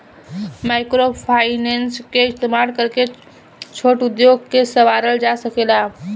microfinance के इस्तमाल करके छोट उद्योग के सवारल जा सकेला